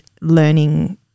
learning